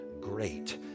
great